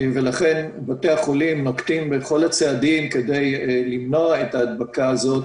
ולכן בתי החולים נוקטים בכל הצעדים כדי למנוע את ההדבקה הזאת